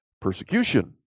persecution